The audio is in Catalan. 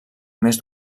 més